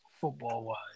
football-wise